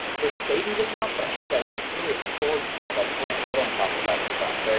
they're savings accounts, but i hate that word. it's really a storage account like grant cardone talks about sometimes.